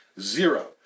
zero